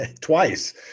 Twice